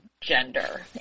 gender